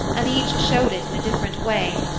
and each showed it in a different way,